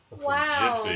Wow